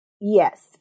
Yes